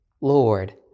Lord